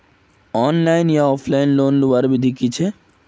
Online या offline loan लुबार विधि की छे?